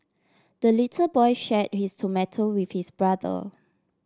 the little boy shared his tomato with his brother